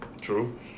true